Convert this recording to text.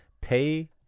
Pay